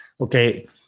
okay